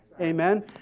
Amen